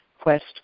quest